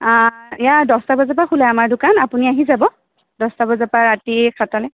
এয়া দহটা বজাৰ পৰা খোলে আমাৰ দোকান আপুনি আহি যাব দহটা বজাৰ পৰা ৰাতি ছয়টালে